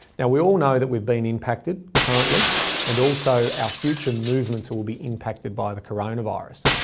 now we all know that we've been impacted currently and also our future movements will be impacted by the coronavirus.